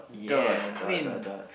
yeah dot dot dot